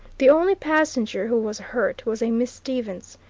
the only passenger who was hurt was a miss stevens.